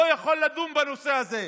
לא יכול לדון בנושא הזה,